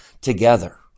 together